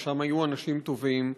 ושם היו אנשים טובים,